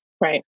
right